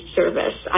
service